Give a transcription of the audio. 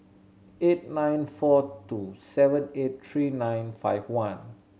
eight nine four two seven eight three nine five one